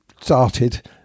started